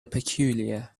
peculiar